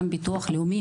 גם ביטוח לאומי,